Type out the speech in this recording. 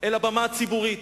אל הבמה הציבורית,